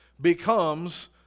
becomes